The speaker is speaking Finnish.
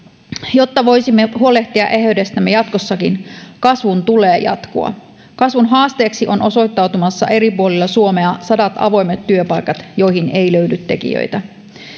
jotta voisimme huolehtia eheydestämme jatkossakin kasvun tulee jatkua kasvun haasteeksi ovat osoittautumassa eri puolilla suomea sadat avoimet työpaikat joihin ei löydy tekijöitä